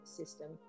system